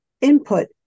input